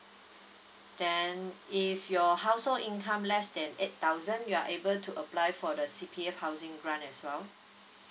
then if your household income less than eight thousand you are able to apply for the C_P_F housing grant as well